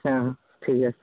হ্যাঁ ঠিক আছে